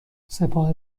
سپاه